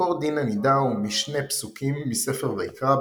מקור דין הנידה הוא משני פסוקים מספר ויקרא,